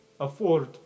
afford